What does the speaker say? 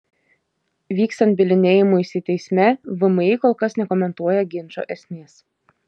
vykstant bylinėjimuisi teisme vmi kol kas nekomentuoja ginčo esmės